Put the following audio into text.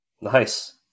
Nice